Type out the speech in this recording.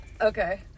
Okay